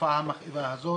התופעה המכאיבה הזאת.